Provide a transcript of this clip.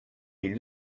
mille